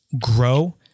grow